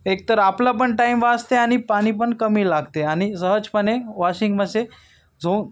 एकतर आपलं पण टाइम वाचते आणि पाणी पण कमी लागते आणि सहजपणे वॉशिंग मसे झो